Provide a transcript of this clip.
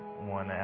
One